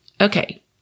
Okay